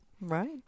Right